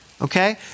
okay